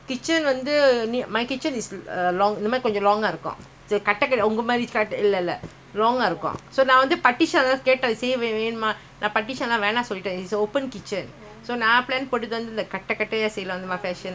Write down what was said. so நான்வந்து:naan vandhu partition வேணுமான்னுகேட்டாங்கநான்:venumaanu kettaanka naan partition வேணாம்னுசொல்லிட்டேன்:venaamnu solliteen is open kitchen so நான்:naan plan போட்டதுஇந்தகட்டகட்டயசெய்யலாம்னு:poottathu indha katta kattaya seiyalaamnu plan போட்ருக்கேன்:pootrukken I don't want the wall எல்லாம்:ellam